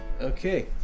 okay